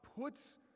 puts